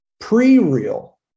pre-real